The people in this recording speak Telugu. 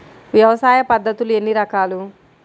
వ్యవసాయ పద్ధతులు ఎన్ని రకాలు?